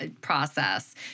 process